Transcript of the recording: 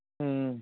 ம் ம்